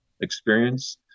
experience